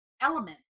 element